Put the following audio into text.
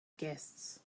guests